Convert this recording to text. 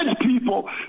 people